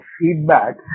feedback